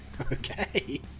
Okay